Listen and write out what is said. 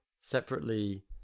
separately